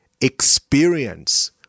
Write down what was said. experience